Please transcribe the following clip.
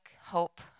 Hope